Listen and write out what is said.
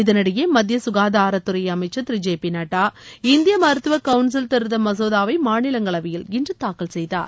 இதனிடையே மத்திய ககாதாரத்துறை அமைச்சர் திரு ஜெ பி நட்டா இந்திய மருத்துவ கவுன்சில் திருத்த மசோதாவை மாநிலங்களவையில் இன்று தாக்கல் செய்தார்